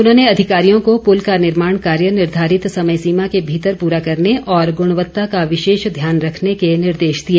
उन्होंने अधिकारियों को पूल का निर्माण कार्य निर्धारित समय सीमा के भीतर पूरा करने और गृणवत्ता का विशेष ध्यान रखने के निर्देश दिए